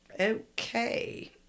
Okay